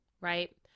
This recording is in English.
right